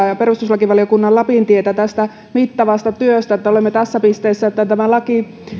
ja perustuslakivaliokunnan puheenjohtaja lapintietä tästä mittavasta työstä että olemme tässä pisteessä että tämä